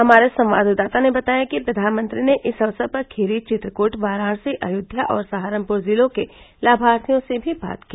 हमारे संवाददाता ने बताया कि प्रधानमंत्री ने स अवसर पर खीरी चित्रकूट वाराणसी अयोध्या और सहारनपुर जिलों के लाभार्थियों से भी बात की